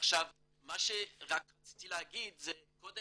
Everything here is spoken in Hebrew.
רציתי להגיד שאני